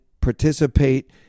participate